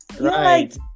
right